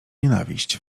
nienawiść